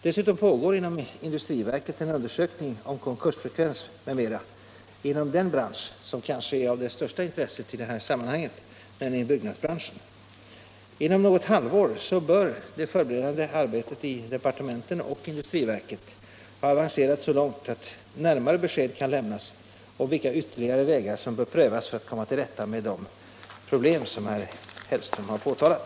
Dessutom pågår inom industriverket en undersökning om konkursfrekvens m.m. inom den bransch som kanske är av det största intresset i det här sammanhanget, nämligen byggnadsbranschen. Inom något halvår bör det förberedande arbetet i departementen och industriverket ha avancerat så långt att närmare besked kan lämnas om vilka ytterligare vägar som bör prövas för att komma till rätta med de problem som herr Hellström har påtalat.